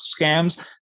scams